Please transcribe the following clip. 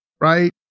right